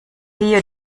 rio